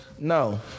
No